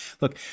Look